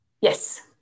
Yes